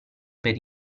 per